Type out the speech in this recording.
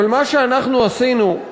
אבל מה שאנחנו עשינו,